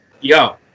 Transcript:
yo